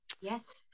Yes